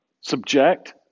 subject